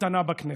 הקטנה בכנסת,